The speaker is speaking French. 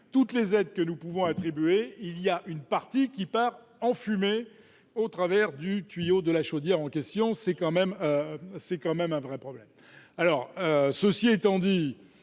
toutes les aides que nous pouvons attribuer, il y a une partie qui part en fumée au travers du tuyau de la chaudière en question, c'est quand même, c'est quand même un vrai problème, alors ceci étant dit,